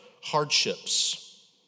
hardships